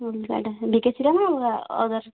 ଅଲ୍ଗା ଟା ଭିକେସିର ନା ଅଲ୍ଗାର